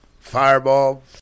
Fireball